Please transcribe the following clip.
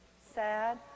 Sad